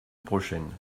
prochaine